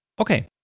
Okay